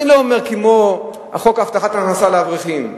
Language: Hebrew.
אני לא אומר כמו על חוק הבטחת הכנסה לאברכים,